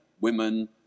women